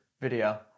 video